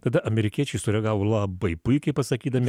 tada amerikiečiai sureagavo labai puikiai pasakydami